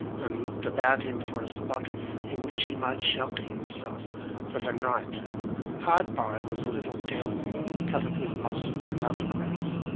and looked about him for a spot in which he might shelter himself for the night hard by was a little dell covered with mosses and other growths,